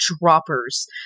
droppers